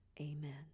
Amen